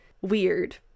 weird